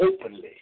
openly